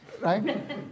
right